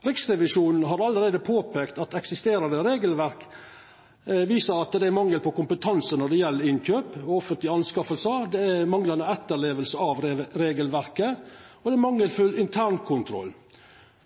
Riksrevisjonen har allereie peikt på at eksisterande regelverk viser at det er mangel på kompetanse når det gjeld offentlege innkjøp. Det er manglande etterleving av regelverket, og det er mangelfull intern kontroll.